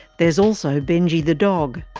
there's also benji the dog.